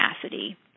capacity